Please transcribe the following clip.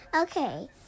Okay